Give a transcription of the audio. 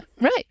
Right